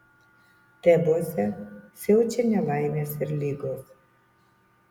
tebuose siaučia nelaimės ir ligos